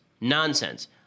nonsense